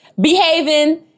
behaving